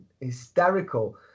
hysterical